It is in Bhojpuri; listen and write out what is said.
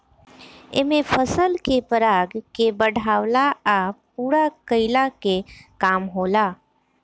एमे फसल के पराग के बढ़ावला आ पूरा कईला के काम होला